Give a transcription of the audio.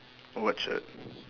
what shirt